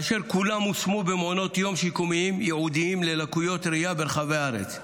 וכולם הושמו במעונות יום שיקומיים ייעודיים ללקויות ראייה ברחבי הארץ.